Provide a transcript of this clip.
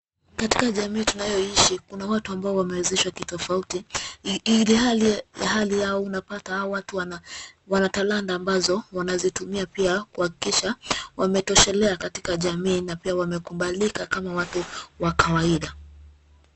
Katika jamii tunayoishi kuna watu ambao wamewezeshwa kitofauti ili hali ya hali yao unapata hao watu wana talanta ambazo wanazitumia pia kuhakikisha wametoshelea katika jamii na pia wamekubalika kama watu wa kawaida.